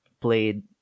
played